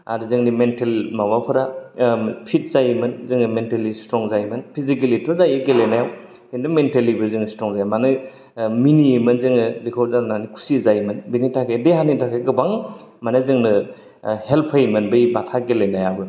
आरो जोंनि मेनटेल माबाफोरा ओ फिट जायोमोन जोङो मेनटेलि स्ट्रं जायोमोन फिसिकेलि थ' जायो गेलेनायाव खिन्थु जों मेनटेलिबो स्थ्रं जायो मानो ओ मिनियोमोन जोङो बेखौ गेलेनानै खुसि जायोमोन बेनि थाखाय देहानि थाखाय गोबां माने जोंनो ओ हेल्फ होयोमोन बै बाथा गेलेनायाबो